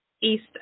east